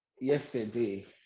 yesterday